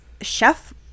chef